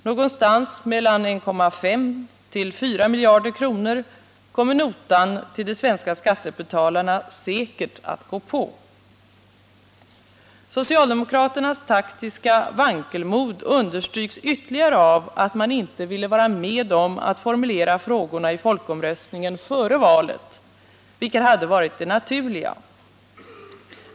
Någonstans mellan 1,5 och 4 miljarder kronor kommer notan till de svenska skattebetalarna säkert att gå på. Socialdemokraternas taktiska vankelmod understryks ytterligare av att man inte ville vara med om att formulera frågorna i folkomröstningen före valet, vilket hade varit det naturliga.